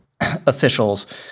officials